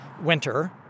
winter